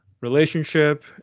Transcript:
relationship